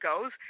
goes